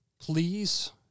please